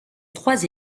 trois